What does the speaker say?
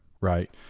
Right